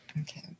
Okay